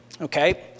Okay